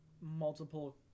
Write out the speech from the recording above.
multiple